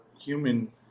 human